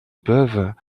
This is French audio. peuvent